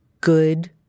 good